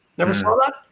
never saw that?